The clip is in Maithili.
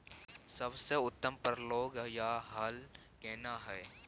सबसे उत्तम पलौघ या हल केना हय?